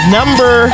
number